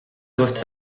doivent